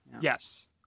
Yes